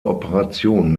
operation